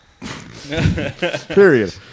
Period